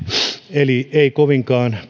eli ei kovinkaan